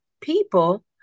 people